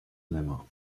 lemma